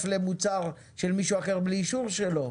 אנחנו עכשיו עם משרד התקשורת פרק ט"ו,